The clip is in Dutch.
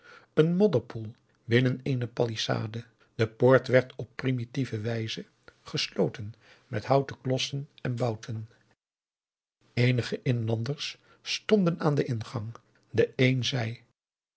orpheus in de dessa palissade de poort werd op primitieve manier gesloten met houten klossen en bouten eenige inlanders stonden aan den ingang de een zei